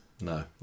No